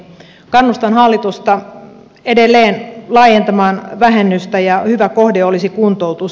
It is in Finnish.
kannustan hallitusta edelleen laajentamaan vähennystä ja hyvä kohde olisi kuntoutus